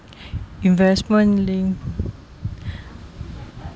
investment linked